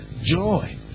joy